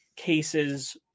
cases